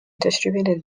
distributed